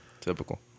Typical